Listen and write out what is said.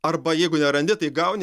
arba jeigu nerandi tai gauni